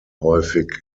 häufig